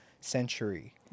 century